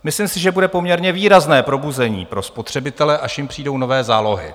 Myslím si, že bude poměrně výrazné probuzení pro spotřebitele, až jim přijdou nové zálohy.